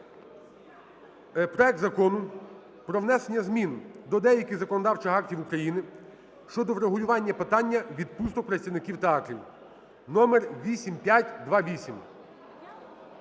проект Закону про внесення змін до деяких законодавчих актів України щодо врегулювання питання відпусток працівників театрів (8528).